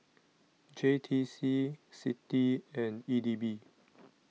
J T C C I T I and E D B